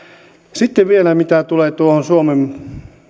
sitten vielä mitä tulee tuohon suomen